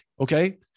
Okay